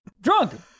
Drunk